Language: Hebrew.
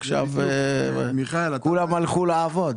עכשיו כולם הלכו לעבוד.